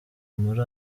muri